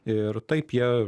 ir taip jie